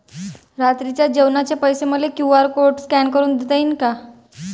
रात्रीच्या जेवणाचे पैसे मले क्यू.आर कोड स्कॅन करून देता येईन का?